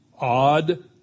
Odd